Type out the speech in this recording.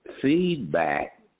Feedback